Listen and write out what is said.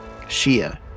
Shia